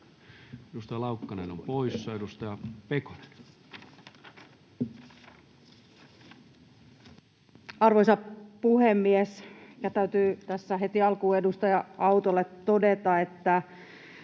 Edustaja Laukkanen on poissa. — Edustaja Pekonen. Arvoisa puhemies! Täytyy tässä heti alkuun edustaja Autolle todeta, että